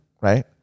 Right